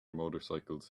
motorcycles